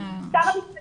המשפטים